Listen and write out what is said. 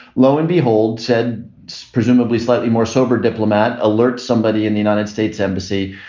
lo and behold said presumably slightly more sober diplomat alert somebody in the united states embassy.